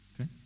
Okay